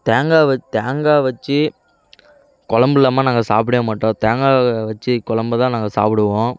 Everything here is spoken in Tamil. தேங்காய் வெச்சு தேங்காய் வெச்சு குழம்பு இல்லாமல் நாங்க சாப்பிடவே மாட்டோம் தேங்காவை வெச்சு குழம்பு தான் நாங்கள் சாப்பிடுவோம்